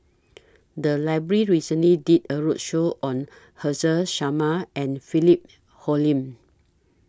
The Library recently did A roadshow on Haresh Sharma and Philip Hoalim